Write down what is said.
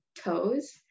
toes